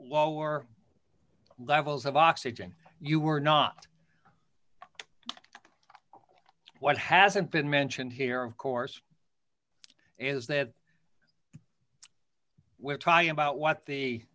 lower levels of oxygen you were not what hasn't been mentioned here of course is that we're talking about what the